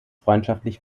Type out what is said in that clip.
freundschaftlich